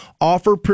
offer